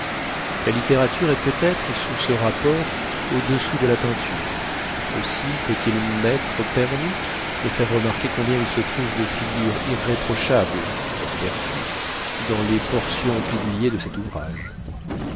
la littérature est peut-être sous ce rapport au-dessous de la peinture aussi peut-il m'être permis de faire remarquer combien il se trouve de figures irréprochables comme vertu dans les portions publiées de cet ouvrage